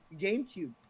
GameCube